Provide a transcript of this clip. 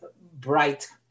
bright